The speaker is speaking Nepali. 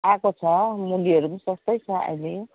आएको छ मुलीहरू पनि सस्तै छ अहिले